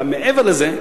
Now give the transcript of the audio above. על מעבר לזה,